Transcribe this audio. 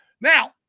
Now